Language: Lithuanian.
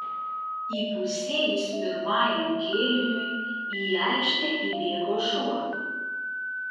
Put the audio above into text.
įpusėjus pirmajam kėliniui į aikštę įbėgo šuo